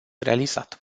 realizat